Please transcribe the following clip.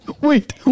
wait